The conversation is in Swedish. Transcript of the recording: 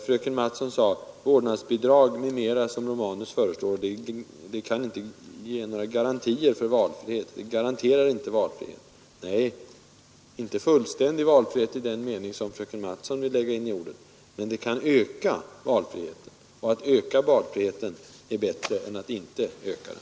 Fröken Mattson sade: ”Vårdnadsbidrag m.m. som herr Romanus föreslår kan inte garantera valfrihet.” Nej, inte fullständig valfrihet i den mening som fröken Mattson vill lägga in i ordet, men det kan öka valfriheten. Och att öka valfriheten är bättre än att inte öka den.